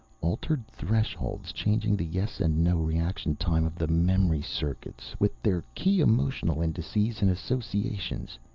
altered thresholds, changing the yes-and-no reaction time of the memory-circuits, with their key emotional indices and associations.